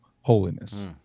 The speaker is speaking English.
holiness